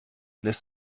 lässt